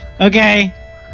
okay